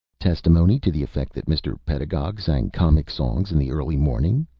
testimony to the effect that mr. pedagog sang comic songs in the early morning?